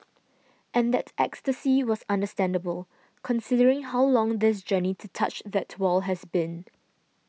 and that ecstasy was understandable considering how long this journey to touch that wall has been